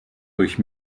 durch